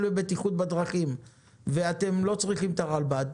בבטיחות בדרכים ואתם לא צריכים את הרלב"ד,